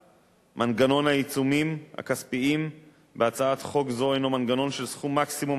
מנגנון העיצומים הכספיים בהצעת חוק זו הינו מנגנון של סכום מקסימום,